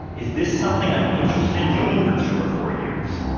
is this something i'm interested in doing for two or four years?